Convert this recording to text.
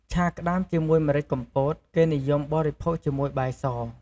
ឆាក្ដាមជាមួយម្រេចកំពតគេនិយមបរិភោគជាមួយបាយស។